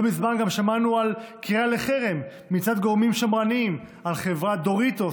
לא מזמן גם שמענו על קריאה לחרם מצד גורמים שמרניים על חברת דוריטוס,